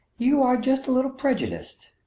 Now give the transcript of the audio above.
you are just a little prejudiced.